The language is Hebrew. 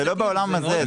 זה לא בעולם הזה.